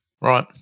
right